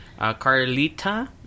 Carlita